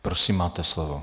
Prosím, máte slovo.